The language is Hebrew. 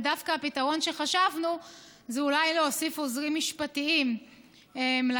ודווקא הפתרון שחשבנו זה אולי להוסיף עוזרים משפטיים לקאדים,